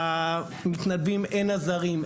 למתנדבים אין עזרים,